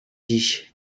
dziś